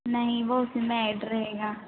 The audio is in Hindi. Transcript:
नहीं वो उसमें ऐड रहेगा